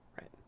right